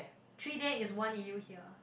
three there is one A_U here